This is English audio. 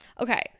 Okay